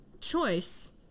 choice